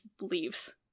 leaves